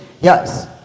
yes